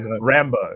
Rambo